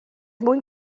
mwyn